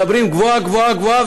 מדברים גבוהה-גבוהה-גבוהה,